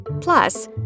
Plus